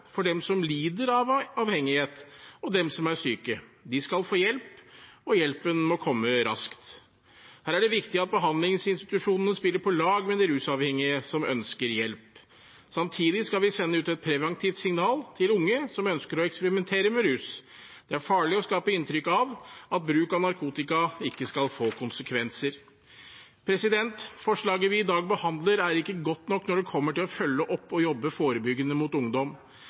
dem som lider av avhengighet og som er syke. De skal få hjelp, og hjelpen må komme raskt. Her er det viktig at behandlingsinstitusjonene spiller på lag med de rusavhengige som ønsker hjelp. Samtidig skal vi sende ut et preventivt signal til unge som ønsker å eksperimentere med rus. Det er farlig å skape inntrykk av at bruk av narkotika ikke skal få konsekvenser. Forslaget vi i dag behandler, er ikke godt nok når det kommer til å følge opp og å jobbe forebyggende mot ungdom.